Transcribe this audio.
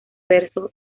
verso